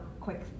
quick